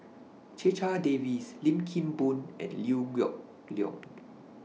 Checha Davies Lim Kim Boon and Liew Geok Leong